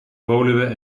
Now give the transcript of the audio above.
woluwe